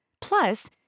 Plus